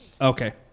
Okay